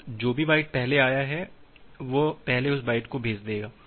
तो जो भी बाइट पहले आई है वह पहले उस बाइट को भेज देगी